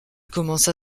commença